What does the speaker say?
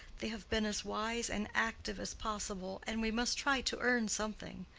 they have been as wise and active as possible, and we must try to earn something.